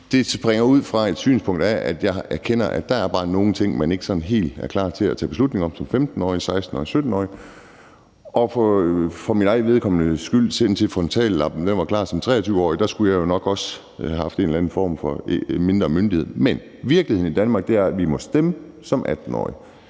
Det udspringer af et synspunkt, jeg har. Jeg erkender, at der bare er nogle ting, man som 15-årig, 16-årig, 17-årig ikke sådan er helt klar til at tage beslutning om. For mit eget vedkommende skyldtes det, at frontallappen var klar som 23-årig, og der skulle jeg jo nok også have haft en eller anden form for mindre myndighed. Men virkeligheden i Danmark er, at vi må stemme som 18-årige,